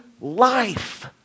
life